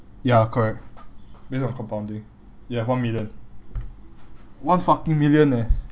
ya correct based on compounding you have one million one fucking million eh